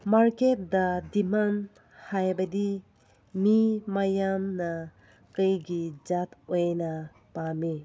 ꯃꯥꯔꯀꯦꯠꯇ ꯗꯤꯃꯥꯟ ꯍꯥꯏꯕꯗꯤ ꯃꯤ ꯃꯌꯥꯝꯅ ꯀꯩꯒꯤ ꯖꯥꯠ ꯑꯣꯏꯅ ꯄꯥꯝꯃꯤ